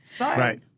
Right